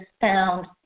found